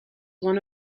one